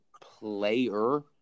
player